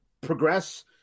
progress